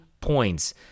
points